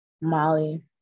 Molly